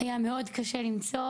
היה מאוד קשה למצוא